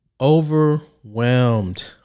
Overwhelmed